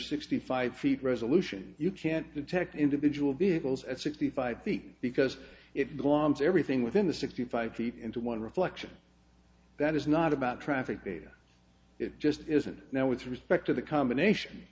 sixty five feet resolution you can't detect individual vehicles at sixty five feet because it gloms everything within the sixty five feet into one reflection that is not about traffic data it just isn't now with respect to the combination